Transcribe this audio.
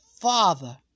Father